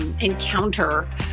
encounter